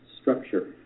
structure